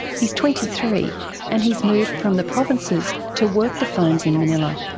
he's twenty three and he's moved from the provinces to work the phones in manila.